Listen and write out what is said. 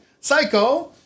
Psycho